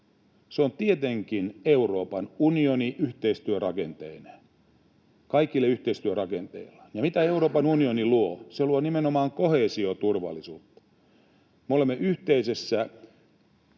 se on tietenkin Euroopan unioni yhteistyörakenteineen, kaikilla yhteistyörakenteillaan. Ja mitä Euroopan unioni luo? Se luo nimenomaan koheesioturvallisuutta. Me olemme yhteisessä